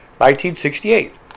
1968